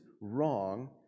wrong